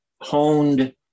honed